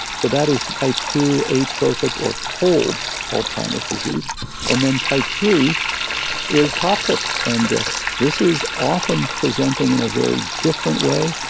so that is type two atrophic, or cold alzheimer's disease and then type three is toxic. and ah this is often presenting in a very different way.